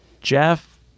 Jeff